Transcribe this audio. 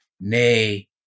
nay